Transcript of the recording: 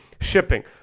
shipping